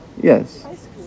Yes